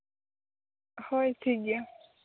ᱦᱳᱭ ᱴᱷᱤᱠᱜᱮᱭᱟ